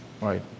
Right